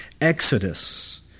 exodus